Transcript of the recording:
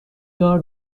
دار